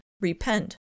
Repent